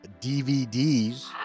DVDs